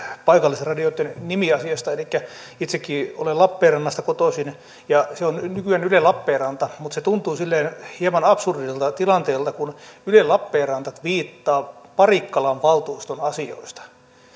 paikallisradioitten nimiasiasta elikkä itsekin olen lappeenrannasta kotoisin ja se on nykyään yle lappeenranta mutta se tuntuu silleen hieman absurdilta tilanteelta kun yle lappeenranta tviittaa parikkalan valtuuston asioista